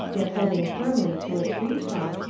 yet holding firmly to a tree-trunk,